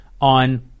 on